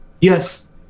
Yes